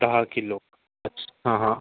दहा किलो अछ हा हा